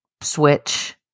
switch